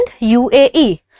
UAE